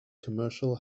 commercial